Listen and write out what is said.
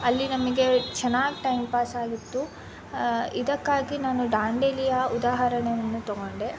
ಅಲ್ಲಿ ನಮಗೆ ಚೆನ್ನಾಗಿ ಟೈಮ್ ಪಾಸ್ ಆಗಿತ್ತು ಇದಕ್ಕಾಗಿ ನಾನು ದಾಂಡೇಲಿಯ ಉದಾಹರಣೆಯನ್ನು ತಗೊಂಡೆ